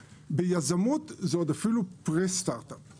ביזמות זה אפילו עוד פרה-סטארט אפ.